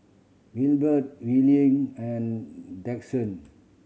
Wilber Willie and Dixon